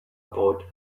about